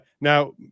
Now